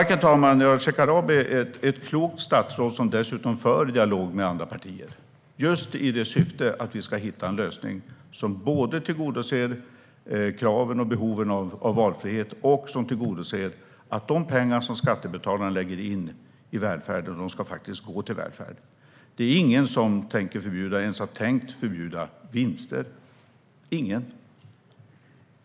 Herr talman! Shekarabi är ett klokt statsråd som dessutom för dialog med andra partier i syfte att vi ska hitta en lösning som både tillgodoser kraven på och behoven av valfrihet och att de pengar som skattebetalarna lägger in i välfärden faktiskt går till välfärden. Det är ingen som ens har tänkt förbjuda vinster - ingen.